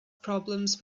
problems